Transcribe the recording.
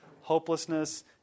hopelessness